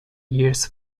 years